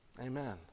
Amen